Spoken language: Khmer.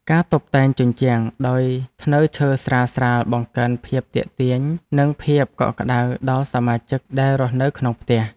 ការតុបតែងជញ្ជាំងដោយធ្នើរឈើស្រាលៗបង្កើនភាពទាក់ទាញនិងភាពកក់ក្តៅដល់សមាជិកដែលរស់នៅក្នុងផ្ទះ។